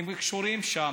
שהחוקים האלה קשורים לשם?